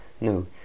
no